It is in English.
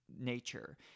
nature